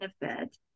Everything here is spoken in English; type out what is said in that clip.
benefit